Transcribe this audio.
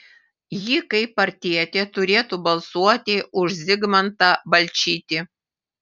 ji kaip partietė turėtų balsuoti už zigmantą balčytį